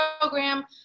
program